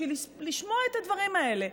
בשביל לשמוע את הדברים האלה.